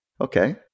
Okay